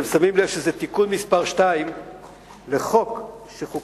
אתם שמים לב שזה תיקון מס' 2 לחוק שחוקק,